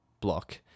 block